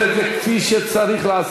אני עושה את זה כפי שצריך לעשות,